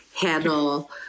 handle